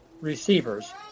receivers